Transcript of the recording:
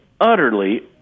utterly